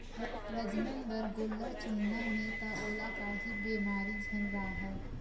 प्रजनन बर गोल्लर चुनना हे त ओला काही बेमारी झन राहय